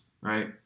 right